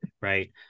right